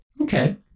Okay